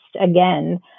again